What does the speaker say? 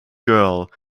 girl